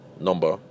number